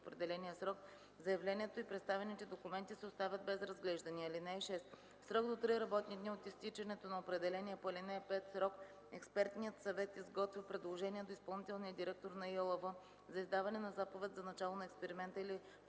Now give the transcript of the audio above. в определения срок заявлението и представените документи се оставят без разглеждане. (6) В срок до три работни дни от изтичането на определения по ал. 5 срок експертният съвет изготвя предложение до изпълнителния директор на ИАЛВ за издаване на заповед за начало на експеримента или